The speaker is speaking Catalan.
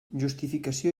justificació